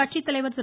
கட்சித்தலைவர் திரு